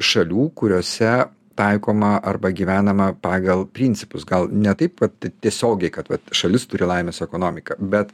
šalių kuriose taikoma arba gyvenama pagal principus gal ne taip vat tiesiogiai kad vat šalis turi laimės ekonomiką bet